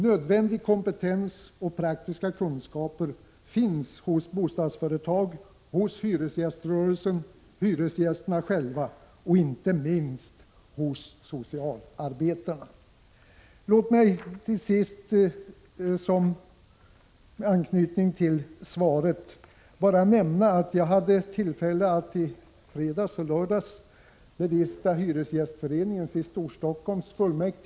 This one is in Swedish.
Nödvändig kompetens och praktiska kunskaper finns hos bostadsföretag, hos hyresgäströrelsen, hyresgästerna själva och inte minst hos socialarbetarna. Låt mig till sist i anknytning till svaret bara nämna att jag hade tillfälle att i fredags och lördags bevista hyresgästföreningens i Storstockholm fullmäktigemöte.